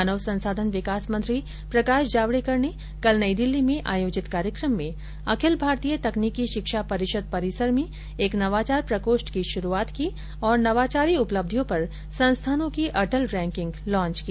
मानव संसाधन विकास मंत्री प्रकाश जावड़ेकर ने कल नई दिल्ली में आयोजित कार्यक्रम में अखिल भारतीय तकनीकी शिक्षा परिषद् परिसर में एक नवाचार प्रकोष्ठ की शुरुआत की तथा नवाचारी उपलब्धियों पर संस्थानों की अटल रैंकिंग लांच की